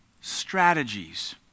strategies